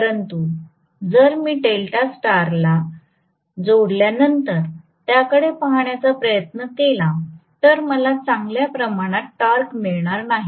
परंतु जर मी डेल्टा स्टारला जोडल्यानंतर त्याकडे पाहण्याचा प्रयत्न केला तर मला चांगल्या प्रमाणात टॉर्क मिळणार नाही